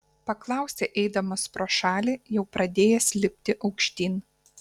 paklausė eidamas pro šalį jau pradėjęs lipti aukštyn